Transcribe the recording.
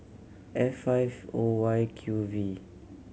F five O Y Q V